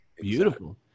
Beautiful